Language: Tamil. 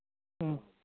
ம்